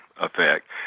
effect